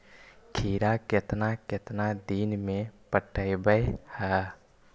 खिरा केतना केतना दिन में पटैबए है?